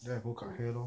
there I go cut hair lor